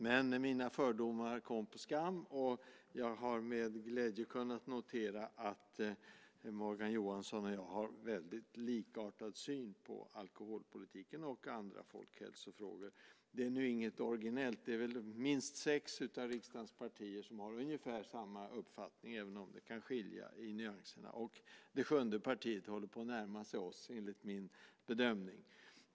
Men mina fördomar kom på skam, och jag har med glädje kunnat notera att Morgan Johansson och jag har väldigt likartad syn på alkoholpolitiken och andra folkhälsofrågor. Det är nu inget originellt. Det är minst sex av riksdagens partier som har ungefär samma uppfattning, även om det kan skilja i nyanserna, och det sjunde partiet håller på att närma sig oss, enligt min bedömning.